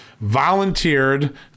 volunteered